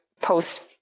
post